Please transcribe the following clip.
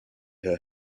her